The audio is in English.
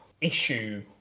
issue